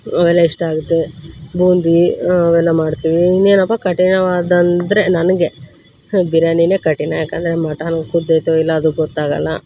ಅವೆಲ್ಲ ಇಷ್ಟ ಆಗುತ್ತೆ ಬೂಂದಿ ಅವೆಲ್ಲ ಮಾಡ್ತೀವಿ ಇನ್ನೇನಪ್ಪ ಕಠಿಣವಾದ್ದಂದ್ರೆ ನನಗೆ ಹ ಬಿರ್ಯಾನಿಯೇ ಕಠಿಣ ಯಾಕಂದರೆ ಮಟನ್ ಕುದ್ದೈತೋ ಇಲ್ಲ ಅದು ಗೊತ್ತಾಗೋಲ್ಲ